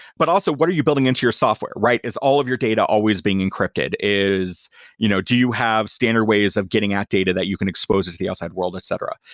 but also, what are you building into your software, right? is all of your data always being encrypted? you know do you have standard ways of getting out data that you can expose it to the outside world? etc.